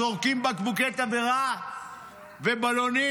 זורקים בקבוקי תבערה ובלונים.